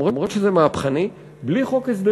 גם אם זה מהפכני, בלי חוק הסדרים.